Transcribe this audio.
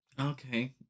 Okay